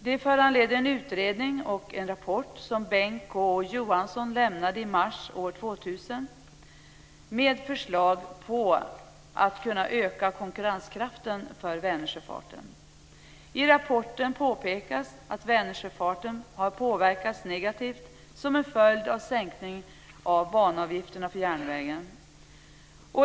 Det föranledde en utredning och rapport som Bengt K Å Johansson lämnade i mars år 2001 med förslag till åtgärder för att öka konkurrenskraften för Vänersjöfarten. I rapporten påpekas att Vänersjöfarten har påverkats negativt till följd av sänkningarna av banavgifterna på järnvägen.